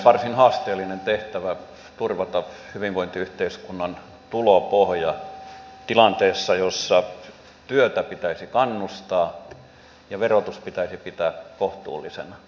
varsin haasteellinen tehtävä turvata hyvinvointiyhteiskunnan tulopohja tilanteessa jossa työhön pitäisi kannustaa ja verotus pitäisi pitää kohtuullisena